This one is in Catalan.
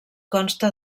consta